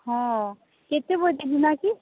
ହଁ କେତେ ବଜେ ଯିମା କି